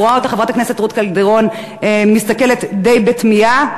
אני רואה את חברת הכנסת רות קלדרון מסתכלת די בתמיהה.